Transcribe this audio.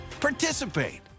participate